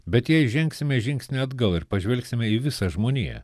bet jei žengsime žingsnį atgal ir pažvelgsime į visą žmoniją